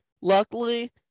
Luckily